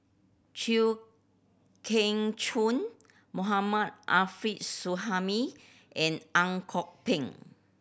Chew Kheng Chuan Mohammad Arif Suhaimi and Ang Kok Peng